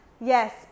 yes